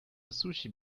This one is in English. sushi